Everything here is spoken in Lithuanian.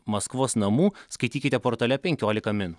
maskvos namų skaitykite portale penkiolika min